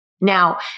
now